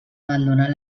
abandonar